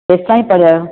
केंसि ताईं पढ़िया आहियो